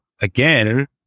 again